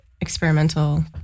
experimental